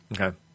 Okay